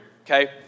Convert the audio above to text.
Okay